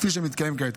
כפי שמתקיים כעת.